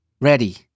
Ready